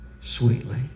Sweetly